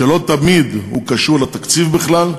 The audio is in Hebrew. שלא תמיד הוא קשור לתקציב בכלל,